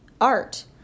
art